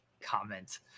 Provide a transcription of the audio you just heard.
comment